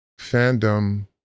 fandom